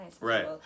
right